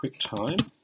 QuickTime